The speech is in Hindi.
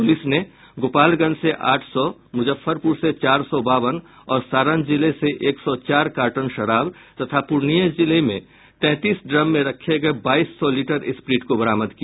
प्रलिस ने गोपालगंज से आठ सौ मुजफ्फरपुर से चार सौ बावन और सारण जिले से एक सौ चार कार्टन शराब तथा पूर्णिया जिले में तैंतीस ड्रम में रखे गये बाईस सौ लीटर स्प्रीट को बरामद किया